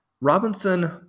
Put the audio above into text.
Robinson